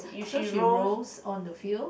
so she rolls on the field